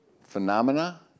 phenomena